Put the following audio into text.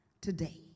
today